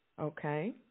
Okay